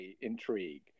intrigue